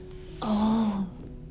orh